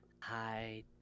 Hi